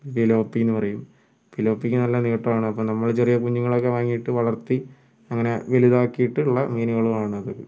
ഫിലോപ്പിയെന്നു പറയും ഫിലോപ്പിക്ക് നല്ല നീട്ടം ആണ് അപ്പോൾ നമ്മൾ ചെറിയ കുഞ്ഞുങ്ങളെയൊക്കെ വാങ്ങിയിട്ട് വളർത്തി അങ്ങനെ വലുതാക്കിയിട്ട് ഉള്ള മീനുകളാണ് അത്